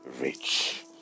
Rich